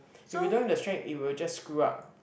if you don't have the strength it will just screw up